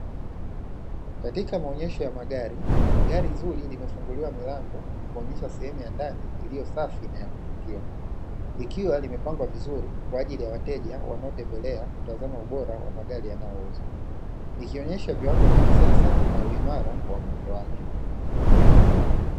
Katika maonesho ya magari, gari zuri limefunguliwa milango kuonesha sehemu ya ndani iliyo safi na ya kuvutia, ikiwa limepangwa vizuri kwa ajili ya wateja wanaotembelea kutazama ubora wa magari yanayouzwa, likioshesha viwango vya kisasa na uimara wa muundo wake.